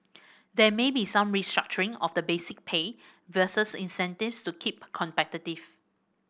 there may be some restructuring of the basic pay versus incentives to keep competitive